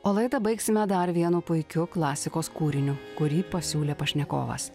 o laidą baigsime dar vienu puikiu klasikos kūriniu kurį pasiūlė pašnekovas